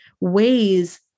ways